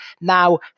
Now